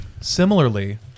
Similarly